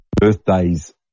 Birthdays